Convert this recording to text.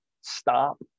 stop